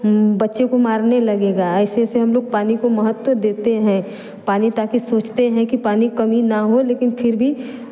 बच्चे को मारने लगेगा ऐसे ऐसे हम लोग पानी को महत्व देते हैं पानी ताकि सोचते हैं कि पानी कमी ना हो लेकिन फिर भी